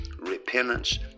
Repentance